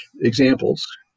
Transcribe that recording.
examples